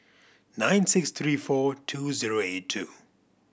nine six three four two zero eight two